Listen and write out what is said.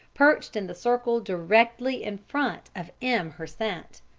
perched in the circle directly in front of m. hersant.